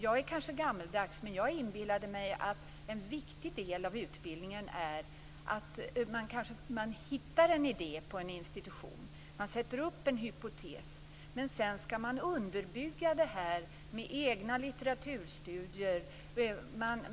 Jag är kanske gammeldags men jag inbillade mig att en viktig del av utbildningen är att man kanske hittar en idé på en institution. Man sätter upp en hypotes. Sedan skall man underbygga det här med egna litteraturstudier.